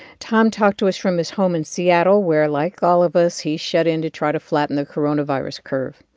tom talked to us from his home in seattle where, like all of us, he's shut in to try to flatten the coronavirus curve.